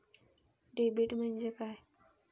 Debit म्हणजे काय?